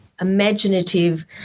imaginative